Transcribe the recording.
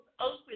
open